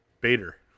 Bader